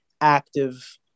active